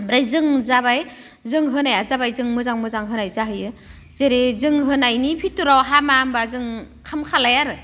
ओमफ्राय जों जाबाय जों होनाया जाबाय जों मोजां मोजां होनाय जाहैयो जेरै जों होनायनि भिथोराव हामा होनबा जों ओंखाम खालाया आरो